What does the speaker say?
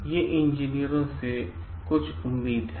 ये इंजीनियरों से कुछ उम्मीदें हैं